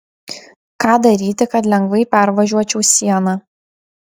ką daryti kad lengvai pervažiuočiau sieną